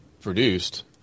produced